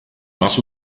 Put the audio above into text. más